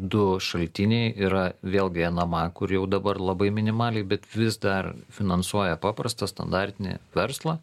du šaltiniai yra vėlgi nma kur jau dabar labai minimaliai bet vis dar finansuoja paprastą standartinį verslą